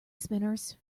spinners